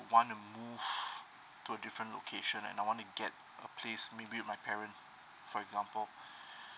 want to move to a different location and I want to get a place with my parent for example